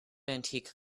antique